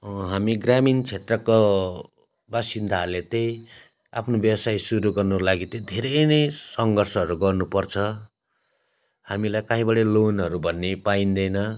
हामी ग्रामीण क्षेत्रको बासिन्दाहरूले त्यही आफ्नो व्यवसाय सुरु गर्नुको लागि त्यही धेरै नै सङ्घर्षहरू गर्नुपर्छ हामीलाई काहीँबाट लोनहरू भन्ने पाइँदैन